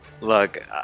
Look